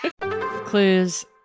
Clues